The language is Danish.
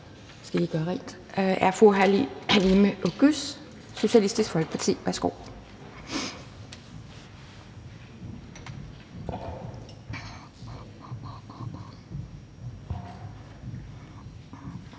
taler er fru Halime Oguz, Socialistisk Folkeparti. Værsgo.